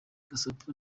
gasopo